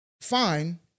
Fine